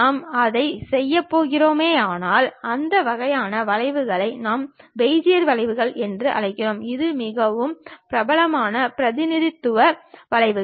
நாம் அதைச் செய்யப் போகிறோமானால் அந்த வகையான வளைவுகளை நாம் பெஜியர் வளைவுகள் என்று அழைக்கிறோம் இவை மிகவும் பிரபலமான பிரதிநிதித்துவ வளைவுகள்